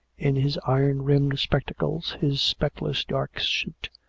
in his iron-rimmed spectacles, his speckless dark suit,